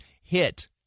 hit